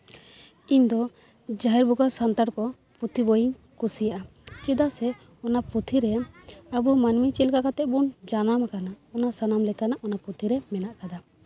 ᱤᱧ ᱫᱚ ᱡᱟᱦᱮᱨ ᱵᱚᱸᱜᱟ ᱥᱟᱱᱛᱟᱲ ᱠᱚ ᱯᱩᱛᱷᱤ ᱵᱚᱭᱤᱧ ᱠᱩᱥᱤᱭᱟᱜᱼᱟ ᱪᱮᱫᱟᱜ ᱥᱮ ᱚᱱᱟ ᱯᱩᱛᱷᱤᱨᱮ ᱟᱵᱚ ᱢᱟᱹᱱᱢᱤ ᱪᱮᱫ ᱞᱮᱠᱟ ᱠᱟᱛᱮᱜ ᱵᱚᱱ ᱡᱟᱱᱟᱢ ᱠᱟᱱᱟ ᱚᱱᱟ ᱥᱟᱱᱟᱢ ᱞᱮᱠᱟᱱᱟᱜ ᱚᱱᱟ ᱯᱩᱛᱷᱤ ᱨᱮ ᱢᱮᱱᱟᱜ ᱠᱟᱫᱟ